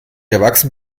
erwachsen